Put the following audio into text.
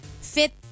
fit